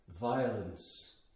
violence